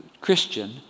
Christian